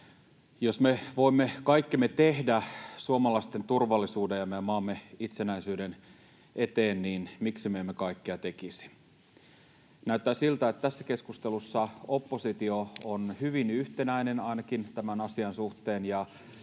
Jos me voimme kaikkemme tehdä suomalaisten turvallisuuden ja meidän maamme itsenäisyyden eteen, niin miksi me emme kaikkea tekisi? Näyttää siltä, että tässä keskustelussa oppositio on hyvin yhtenäinen ainakin tämän asian suhteen